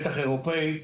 בטח אירופאית.